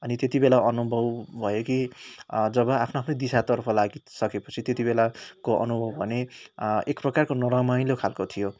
अनि त्यति बेला अनुभव भयो कि जब आफ्नो आफ्नै दिशातर्फ लाग्यो सकेपछि त्यति बेलाको अनुभव भने एक प्रकारको नरमाइलो खालको थियो